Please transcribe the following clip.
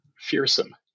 fearsome